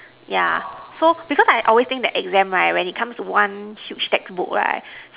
yeah so because I always think that exam right when it comes to one huge textbook right